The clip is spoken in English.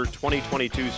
2022